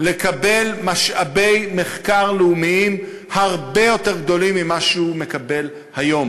לקבל משאבי מחקר לאומיים הרבה יותר גדולים ממה שהוא מקבל היום.